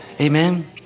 Amen